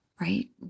right